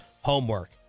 homework